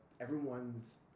everyone's